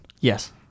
yes